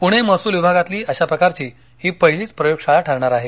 पूणे महसूल विभागातली अशा प्रकारची ही पहिलीच प्रयोगशाळा ठरणार आहे